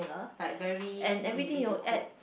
like very easy to cook